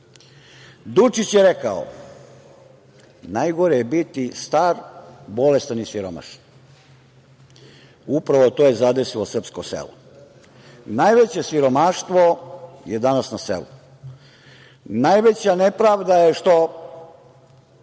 je rekao: „Najgore je biti star, bolestan i siromašan.“ Upravo to je zadesilo srpsko selo. Najveće siromaštvo je danas na selu. Najveća nepravda je što